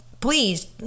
please